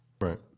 Right